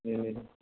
ए